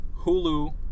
Hulu